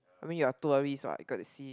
I mean you are tourist what you got to see